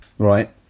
Right